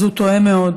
הוא טועה מאוד,